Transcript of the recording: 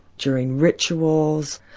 during rituals.